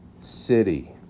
city